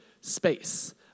space